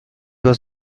was